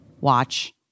watch